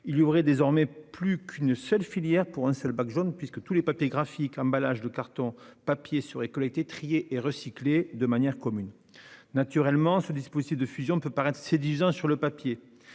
Il n'y aurait désormais plus qu'une seule filière pour un seul bac jaune puisque tous les papiers graphiques et les emballages en carton ou en papier seraient collectés, triés et recyclés de manière commune. Naturellement, ce dispositif de fusion peut paraître séduisant sur le papier.